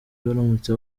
baramutse